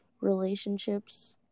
relationships